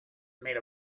made